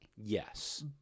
yes